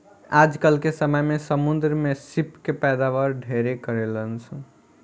आजकल के समय में समुंद्र में सीप के पैदावार ढेरे करेलसन